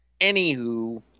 anywho